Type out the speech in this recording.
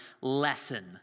lesson